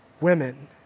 Women